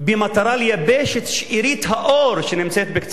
במטרה לכבות את שארית האור שנמצאת בקצה